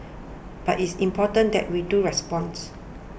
but it's important that we do responds